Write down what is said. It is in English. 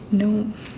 no